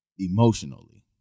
emotionally